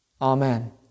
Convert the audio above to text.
Amen